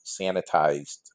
sanitized